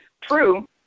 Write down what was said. True